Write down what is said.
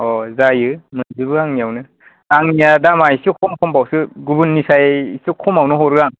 अ जायो मोनजोबो आंनियावनो आंनिया दामा एसे खम खम बावसो गुबुननिसाइ एसे खमावनो हरो आं